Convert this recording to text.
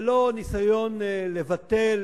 ולא ניסיון לבטל